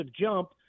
jump